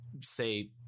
say